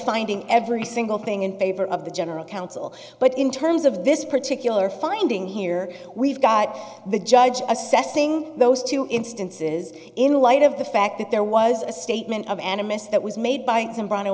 finding every single thing in favor of the general counsel but in terms of this particular finding here we've got the judge assessing those two instances in light of the fact that there was a statement of animists that was made by some